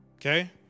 Okay